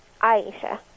Aisha